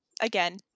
again